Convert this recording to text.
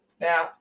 Now